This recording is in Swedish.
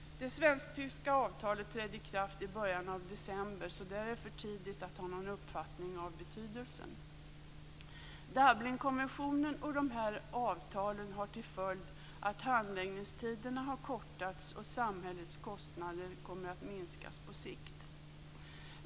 Det svensk-tyska avtalet trädde i kraft i början av december, så där är det för tidigt att ha någon uppfattning om betydelsen. Dublinkonventionen och dessa avtal har till följd att handläggningstiderna har kortats, och samhällets kostnader kommer att minskas på sikt.